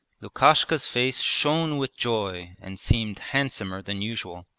lukashka's face shone with joy and seemed handsomer than usual.